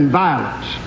violence